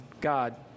God